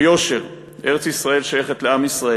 ביושר: ארץ-ישראל שייכת לעם ישראל.